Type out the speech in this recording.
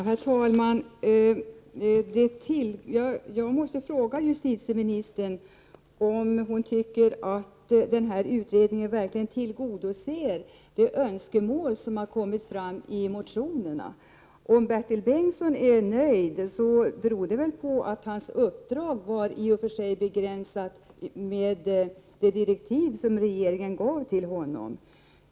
Herr talman! Jag måste fråga justitieministern om hon tycker att denna utredning verkligen tillgodoser de önskemål som har förts fram i motionerna. Om Bertil Bengtsson är nöjd beror det väl på att hans uppdrag var begränsat till de direktiv som regeringen gav honom.